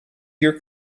your